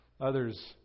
others